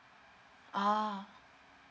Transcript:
oh